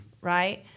right